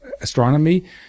astronomy